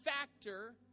factor